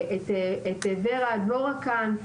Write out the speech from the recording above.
את ור"ה דבורה כאן,